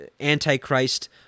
Antichrist